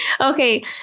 Okay